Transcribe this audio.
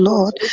Lord